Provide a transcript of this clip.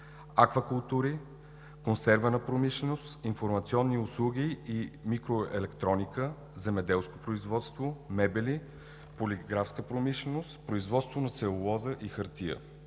аквакултури; консервна промишленост; информационни услуги и микроелектроника; земеделско производство; мебели; полиграфска промишленост; производство на целулоза и хартия.